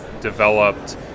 developed